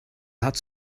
hat